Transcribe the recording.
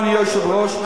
אדוני היושב-ראש,